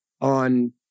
on